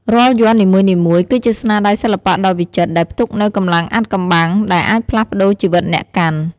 រាល់យ័ន្តនីមួយៗ គឺជាស្នាដៃសិល្បៈដ៏វិចិត្រ ដែលផ្ទុកនូវកម្លាំងអាថ៌កំបាំង ដែលអាចផ្លាស់ប្ដូរជីវិតអ្នកកាន់។